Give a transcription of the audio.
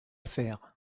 faire